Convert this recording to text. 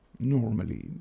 normally